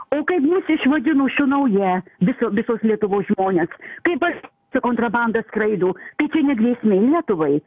o kaip jūs išvadino šunauja visą visos lietuvos žmones kai pats su kontrabanda skraido tai čia ne grėsmė lietuvai